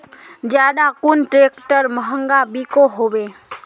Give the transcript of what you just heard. ज्यादा कुन ट्रैक्टर महंगा बिको होबे?